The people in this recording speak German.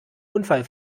unfall